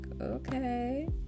okay